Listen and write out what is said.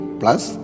plus